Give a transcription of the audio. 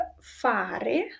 fare